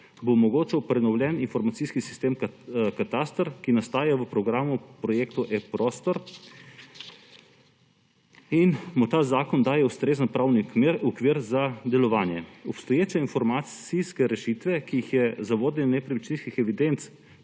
bo omogočal prenovljen informacijski sistem Kataster, ki nastaja v programu projekta eProstor in mu ta zakon daje ustrezen pravni okvir za delovanje. Obstoječe informacijske rešitve, ki jih za vodenje nepremičninskih evidenc